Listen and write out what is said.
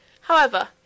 However